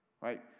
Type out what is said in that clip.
Right